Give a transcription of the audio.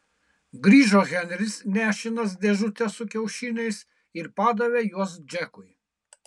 grįžo henris nešinas dėžute su kiaušiniais ir padavė juos džekui